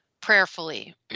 prayerfully